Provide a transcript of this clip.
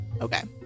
Okay